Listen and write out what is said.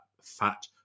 fat